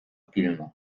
pilna